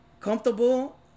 comfortable